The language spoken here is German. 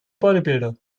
bodybuilder